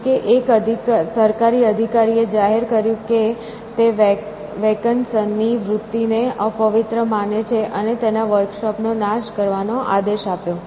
જો કે એક સરકારી અધિકારીએ જાહેર કર્યું કે તે વેકનસન ની વૃત્તિને અપવિત્ર માને છે અને તેના વર્કશોપનો નાશ કરવાનો આદેશ આપ્યો